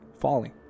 falling